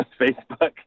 Facebook